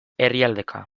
herrialdeka